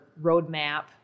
roadmap